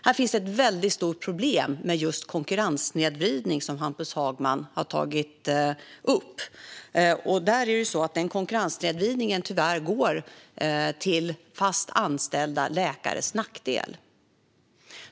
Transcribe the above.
Här finns ett väldigt stort problem med just konkurrenssnedvridning, som Hampus Hagman har tagit upp. Tyvärr är konkurrenssnedvridningen till fast anställda läkares nackdel.